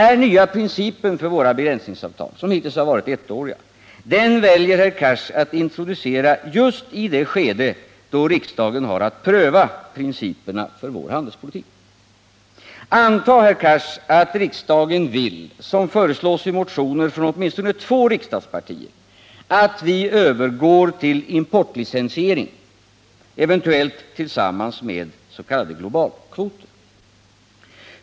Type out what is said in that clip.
Den nya principen för våra begränsningsavtal, som hittills har varit ettåriga, väljer herr Cars att introducera just i det skede då riksdagen har att pröva principerna för vår handelspolitik. Antag, herr Cars, att riksdagen vill — vilket föreslås i motioner från åtminstone två riksdagspartier — att vi övergår till importlicensiering, eventuellt tillsammans med s.k. globalkvoter.